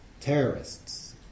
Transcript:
Terrorists